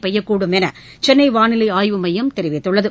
பெய்யக்கூடும்என்று சென்னை வானிலை ஆய்வு மையம் தெரிவித்துள்ளது